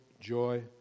joy